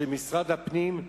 של משרד הפנים,